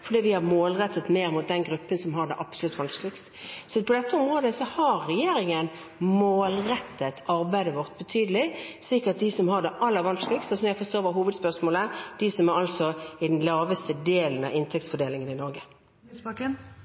fordi vi har målrettet mer mot den gruppen som har det absolutt vanskeligst. På dette området har regjeringen målrettet arbeidet betydelig mot dem som har det aller vanskeligst, som jeg forstår hovedspørsmålet gjaldt, og som ligger lavest når det gjelder inntektsfordelingen i